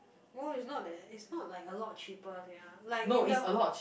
no it's not that it's not like a lot cheaper sia like in the